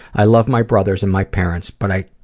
i love my brothers and my parents but i